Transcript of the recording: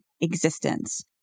existence